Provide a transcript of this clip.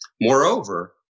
Moreover